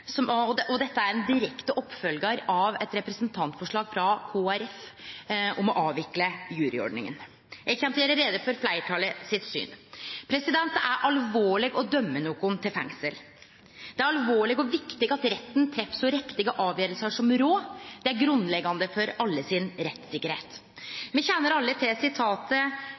dette, unnateke Senterpartiet, og dette er ein direkte oppfølgjar av eit representantforslag frå Kristeleg Folkeparti om å avvikle juryordninga. Eg kjem til å gjere greie for fleirtalet sitt syn. Det er alvorleg å dømme nokon til fengsel. Det er alvorleg og viktig at retten tek så riktige avgjerder som råd, det er grunnleggjande for alle sin rettssikkerheit. Me kjenner alle til